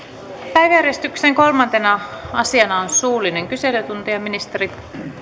päiväjärjestyksen kolmantena asiana on suullinen kyselytunti ministerit